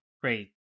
great